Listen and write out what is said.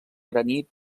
granit